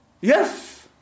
Yes